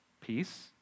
peace